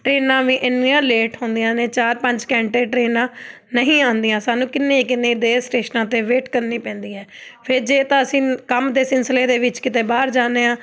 ਟ੍ਰੇਨਾਂ ਵੀ ਇੰਨੀਆਂ ਲੇਟ ਹੁੰਦੀਆਂ ਨੇ ਚਾਰ ਪੰਜ ਘੰਟੇ ਟ੍ਰੇਨਾਂ ਨਹੀਂ ਆਉਂਦੀਆਂ ਸਾਨੂੰ ਕਿੰਨੀ ਕਿੰਨੀ ਦੇਰ ਸਟੇਸ਼ਨਾਂ 'ਤੇ ਵੇਟ ਕਰਨੀ ਪੈਂਦੀ ਹੈ ਫਿਰ ਜੇ ਤਾਂ ਅਸੀਂ ਕੰਮ ਦੇ ਸਿਲਸਿਲੇ ਦੇ ਵਿੱਚ ਕਿਤੇ ਬਾਹਰ ਜਾਦੇ ਹਾਂ